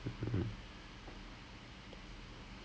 then I know divya wanted to do psychology